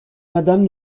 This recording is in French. madame